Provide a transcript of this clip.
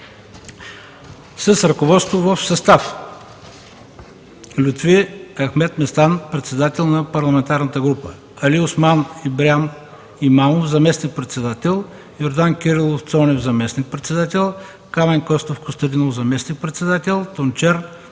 с ръководство в състав: